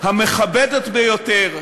המכבדת ביותר,